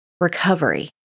recovery